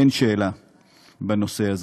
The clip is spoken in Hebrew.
אין שאלה בנושא הזה.